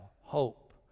hope